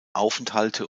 aufenthalte